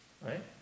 Right